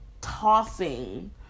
tossing